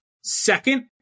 second